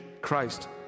Christ